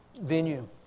venue